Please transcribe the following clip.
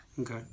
Okay